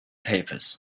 papers